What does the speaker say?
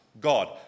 God